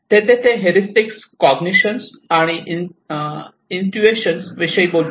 येथे ते heuristics cognition आणि इंटुईशन्स विषयी बोलतात